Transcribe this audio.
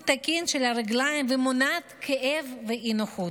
תקין של הרגליים ומונעת כאב ואי-נוחות.